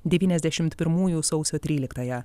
devyniasdešimt pirmųjų sausio tryliktąją